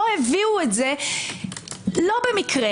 לא הביאו זאת, לא במקרה.